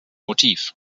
motiv